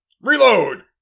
Reload